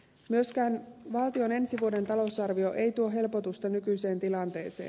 myöskään valtion ensi vuoden talousarvio ei tuo helpotusta nykyiseen tilanteeseen